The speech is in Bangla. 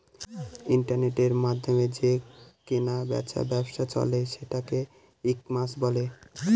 ইন্টারনেটের মাধ্যমে যে কেনা বেচার ব্যবসা চলে সেটাকে ই কমার্স বলে